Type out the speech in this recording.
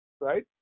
right